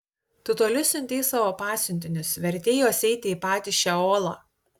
tu toli siuntei savo pasiuntinius vertei juos eiti į patį šeolą